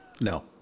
no